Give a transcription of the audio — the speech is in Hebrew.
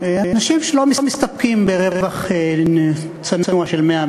אנשים שלא מסתפקים ברווח צנוע של 100%,